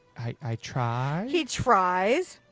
i try he tries.